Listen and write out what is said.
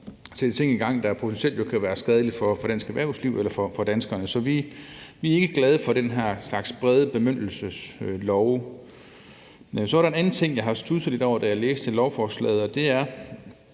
sætte ting i gang, der potentielt kan være skadelige for dansk erhvervsliv eller for danskerne. Så vi er ikke glade for den her slags brede bemyndigelseslove. Så er den anden ting, jeg studsede lidt over, da jeg læste lovforslaget, og jeg vil